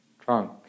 trunk